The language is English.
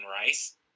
Rice